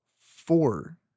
Four